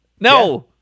no